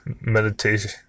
meditation